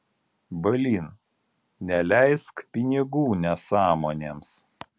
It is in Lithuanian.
blyn neleisk pinigų nesąmonėms